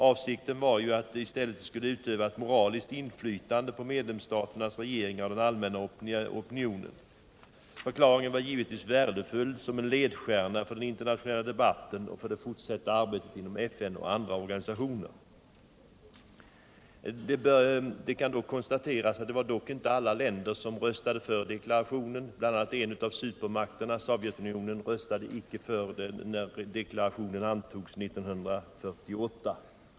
Avsikten var ju att den i stället skulle utöva ett moraliskt inflytande på medlemsstaternas regeringar och den allmänna opinionen. Förklaringen var givetvis värdefull som en ledstjärna för den internationella debatten och för det fortsatta arbetet inom FN och andra organisationer. Det kan dock konstateras att inte alla länder röstade för deklarationen. Bl. a. en av supermakterna, Sovjetunionen, röstade icke för deklarationen när den antogs 1948.